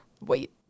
Wait